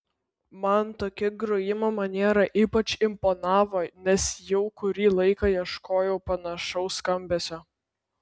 man tokia grojimo maniera ypač imponavo nes jau kurį laiką ieškojau panašaus skambesio